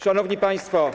Szanowni Państwo!